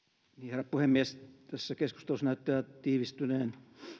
herra puhemies tässä keskustelussa näyttää tiivistyneen